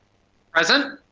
present.